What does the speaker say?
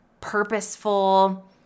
purposeful